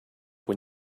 when